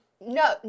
no